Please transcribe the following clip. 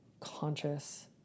Conscious